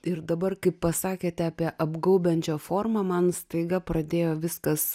ir dabar kai pasakėte apie apgaubiančią formą man staiga pradėjo viskas